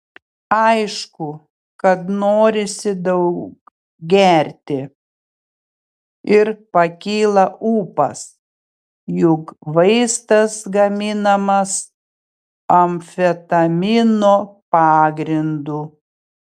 aišku kad norisi daug gerti ir pakyla ūpas juk vaistas gaminamas amfetamino pagrindu